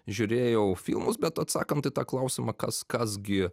žiūrėjau filmus bet atsakant į tą klausimą kas kas gi